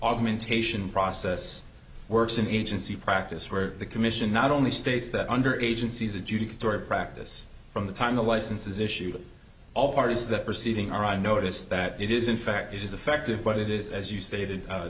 augmentation process works in agency practice where the commission not only states that under agencies adjudicatory practice from the time the license is issued all parties that proceeding are on notice that it is in fact it is effective but it is as you stated